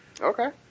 okay